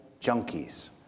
junkies